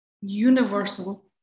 universal